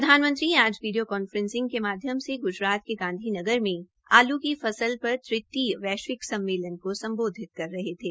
प्रधानमंत्री आज video conferencing के माध्यम से ग्जरात के गांधी नगर में आलू की फसल पर तृतीय वैश्विक सम्मेलन को सम्बोधित कर रहे थे